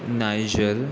नायजल